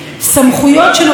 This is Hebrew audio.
שזאת חרפה.